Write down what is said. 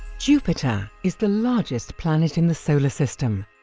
jupiter is the largest planet in the solar system,